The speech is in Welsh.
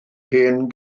hen